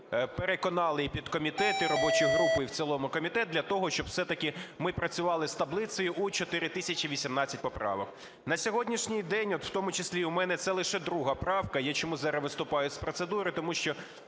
їх переконали – і підкомітет, і робочу групу, і в цілому комітет – для того, щоб все-таки ми працювали з таблицею у 4 тисячі 18 поправок. На сьогоднішній день, от в тому числі, і в мене, це лише друга правка. Я чому зараз виступаю з процедури, тому що